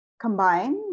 combine